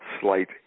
Slight